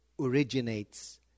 originates